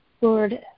Lord